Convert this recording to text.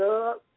up